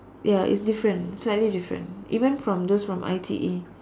ya it's different slightly least different even from those from I_T_E